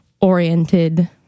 oriented